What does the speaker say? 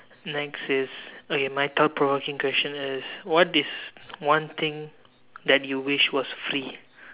next is okay my thought provoking question is what is one thing that you wish was free